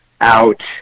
out